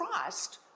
Christ